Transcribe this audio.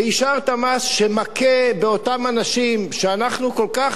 ואישרת מס שמכה באותם אנשים שאנחנו כל כך